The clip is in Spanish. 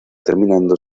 terminando